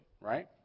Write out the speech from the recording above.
Right